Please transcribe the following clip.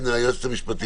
כן, היועצת המשפטית.